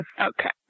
Okay